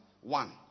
One